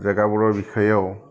জেগাবোৰৰ বিষয়েও